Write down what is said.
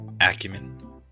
Acumen